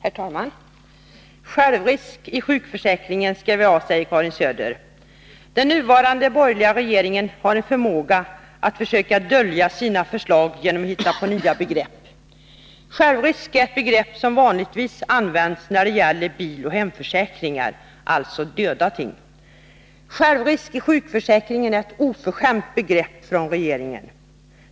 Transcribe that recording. Herr talman! Självrisk i sjukförsäkringen skall vi ha, säger Karin Söder. Den nuvarande borgerliga regeringen har en förmåga att dölja sina förslag genom att hitta på nya begrepp. Självrisk är ett begrepp som vanligtvis används när det gäller bil och hemförsäkringar, alltså döda ting. Det är oförskämt av regeringen att använda begreppet självrisk i sjukförsäkringen.